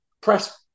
Press